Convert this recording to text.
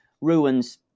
ruins